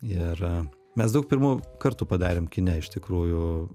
ir mes daug pirmų kartų padarėm kine iš tikrųjų